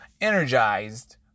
Energized